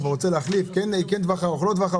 הוא כבר רוצה להחליט כן לטווח ארוך או לא.